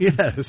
Yes